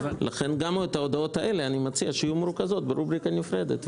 לכן גם ההודעות האלה אני מציע שיהיו מרוכזות ברובריקה נפרדת.